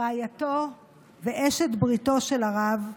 רעייתו ואשת בריתו של הרב,